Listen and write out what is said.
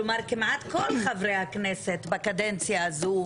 כמעט כל חברי הכנסת בקדנציה הזאת.